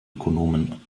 ökonomen